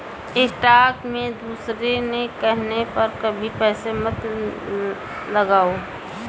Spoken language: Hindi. स्टॉक में दूसरों के कहने पर कभी पैसे मत लगाओ